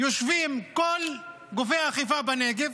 יושבים כל גופי האכיפה בנגב